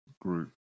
group